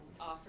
offer